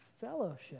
fellowship